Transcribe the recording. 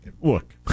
Look